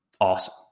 awesome